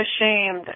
ashamed